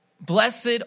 blessed